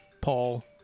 Paul